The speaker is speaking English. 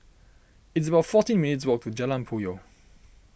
it's about fourteen minutes' walk to Jalan Puyoh